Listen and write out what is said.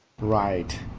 Right